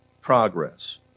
progress